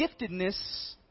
giftedness